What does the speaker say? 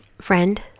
Friend